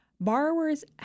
borrowers